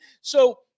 So-